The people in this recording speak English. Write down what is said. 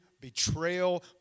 betrayal